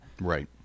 Right